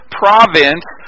province